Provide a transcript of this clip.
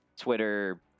Twitter